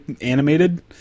Animated